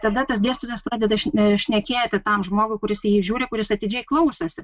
tada tas dėstytojas pradeda šnekėti šnekėti tam žmogui kuris jį žiūri kuris atidžiai klausosi